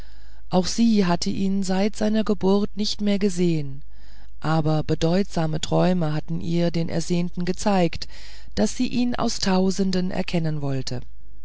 auch sie hatte ihn seit seiner geburt nicht mehr gesehen aber bedeutsame träume hatten ihr den ersehnten gezeigt daß sie ihn aus tausenden erkennen wollte